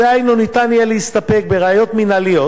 דהיינו ניתן יהיה להסתפק בראיות מינהליות